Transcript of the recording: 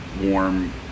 warm